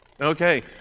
Okay